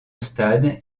stade